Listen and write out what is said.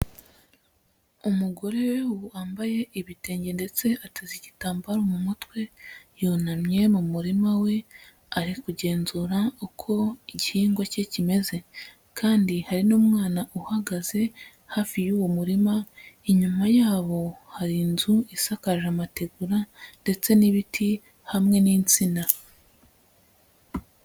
Umugore we wambaye ibitenge ndetse ateza igitambaro mu mutwe, yunamye mu murima we ari kugenzura uko igihingwa cye kimeze kandi hari n'umwana uhagaze hafi y'uwo murima, inyuma yabo hari inzu isakaje amategura ndetse n'ibiti hamwe n'insina.